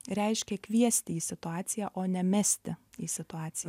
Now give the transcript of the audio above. reiškia kviesti į situaciją o ne mesti į situaciją